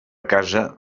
casa